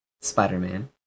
Spider-Man